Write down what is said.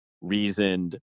reasoned